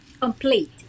complete